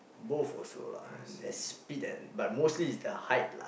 both also lah the speed and but mostly it's the height lah